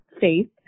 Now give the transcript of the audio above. Faith